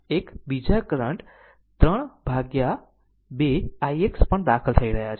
આમ એક બીજા કરંટ 3 ભાગ્યા 2 ix પણ દાખલ થઈ રહ્યા છે